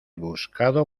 buscado